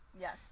Yes